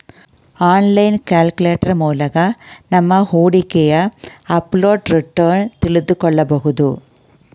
online calculator ಮೂಲಕ ನಮ್ಮ ಹೂಡಿಕೆಯ ಅಬ್ಸಲ್ಯೂಟ್ ರಿಟರ್ನ್ ತಿಳಿದುಕೊಳ್ಳಬಹುದು